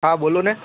હા બોલોને